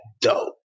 dope